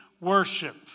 worship